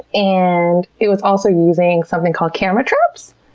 and it was also using something called camera traps.